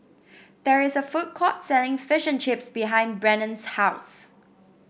there is a food court selling Fish and Chips behind Brennan's house